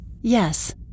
Yes